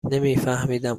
نمیفهمیدم